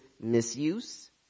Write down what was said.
misuse